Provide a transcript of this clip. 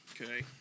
Okay